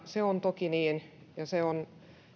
se on toki niin se on